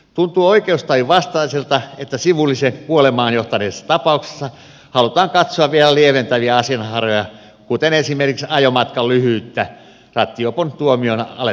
tuntuu oikeustajun vastaiselta että sivullisen kuolemaan johtaneessa tapauksessa halutaan katsoa vielä lieventäviä asianhaaroja kuten esimerkiksi ajomatkan lyhyyttä rattijuopon tuomiota alentavasti